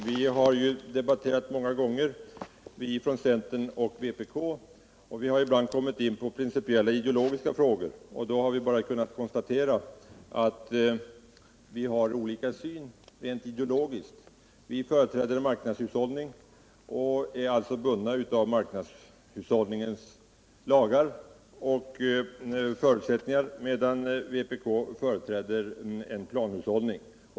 Herr talman! Vi som företräder centern resp. vpk har ju debatterat många gånger med varandra. Ibland har vi kommit att debattera ideologiska frågor och då kunnat konstatera att vi har olika syn i dessa sammanhang. Vi företräder en marknadshushäållning och är bundna av dess lagar och förutsättningar medan vpk företräder en planhushållning.